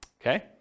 okay